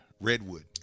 redwood